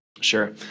Sure